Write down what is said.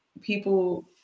people